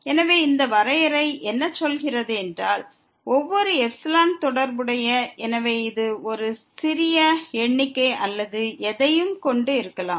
எனவே இந்த வரையறை என்ன சொல்கிறது என்றால் ஒவ்வொரு ε தொடர்புடையதற்கும் இது ஒரு சிறிய எண்ணிக்கை அல்லது எதையும் கொண்டு இருக்கலாம்